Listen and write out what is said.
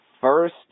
First